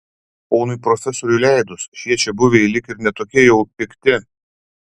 ponui profesoriui leidus šie čiabuviai lyg ir ne tokie jau pikti